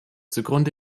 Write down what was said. zugrunde